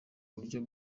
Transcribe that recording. buryo